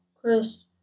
Chris